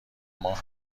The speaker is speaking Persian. ماه